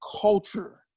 culture